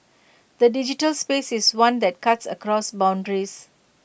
the digital space is one that cuts across boundaries